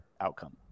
outcome